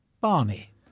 Barney